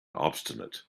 obstinate